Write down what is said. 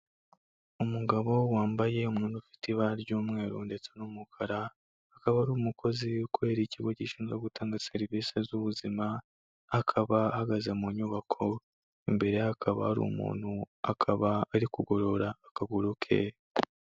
Umugabo wambaye umwenda ufite ibara ry'umweru ndetse n'umukara, akaba ari umukozi ukorera ikigo gishinzwe gutanga serivise z'ubuzima, akaba ahagaze mu nyubako imbere ye hakaba hari umuntu akaba ari kugorora akaguru ke,